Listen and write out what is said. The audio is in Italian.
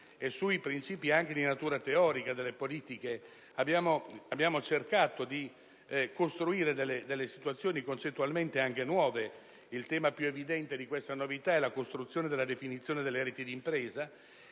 e sui princìpi di natura teorica delle politiche abbiamo cercato di costruire delle situazioni concettualmente nuove (la novità più evidente è rappresentata dalla costruzione della definizione delle reti d'impresa),